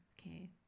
okay